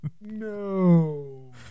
No